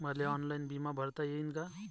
मले ऑनलाईन बिमा भरता येईन का?